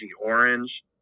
orange